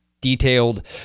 detailed